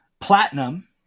Platinum